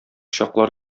чаклар